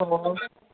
ꯑꯣ